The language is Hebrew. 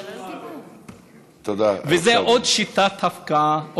וזאת עוד שיטת הפקעה,